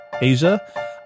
Asia